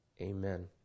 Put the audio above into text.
Amen